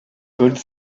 good